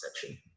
section